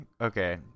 okay